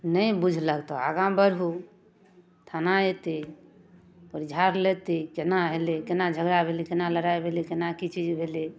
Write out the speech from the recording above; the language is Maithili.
नहि बुझलक तऽ आगा बढ़ु थाना एतै केना एलै केना झगड़ा भेलै केना लड़ाइ भेलै केना की चीज भेलै